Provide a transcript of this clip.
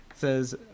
says